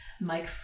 Mike